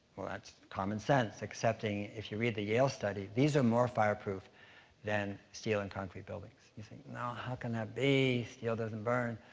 well, that's common sense, excepting, if you read the yale study, these are more fireproof than steel and concrete buildings. you're saying, no, how can that be? steel doesn't burn.